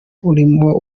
urimo